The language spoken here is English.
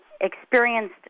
experienced